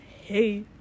Hey